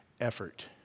effort